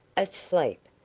asleep,